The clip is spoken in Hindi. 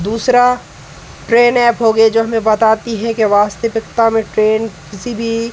दूसरा ट्रेन एप हो गया जो हमें बताती है कि वास्तविकता में ट्रेन किसी भी